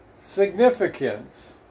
significance